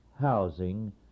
housing